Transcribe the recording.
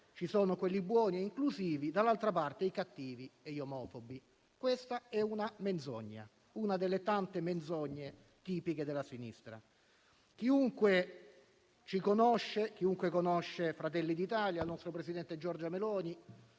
ci sono quelli buoni e inclusivi, dall'altra parte i cattivi e gli omofobi. Questa è una menzogna, una delle tante menzogne tipiche della sinistra. Chiunque ci conosce, chiunque conosce Fratelli d'Italia, con il suo presidente Giorgia Meloni,